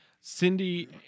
Cindy